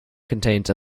contains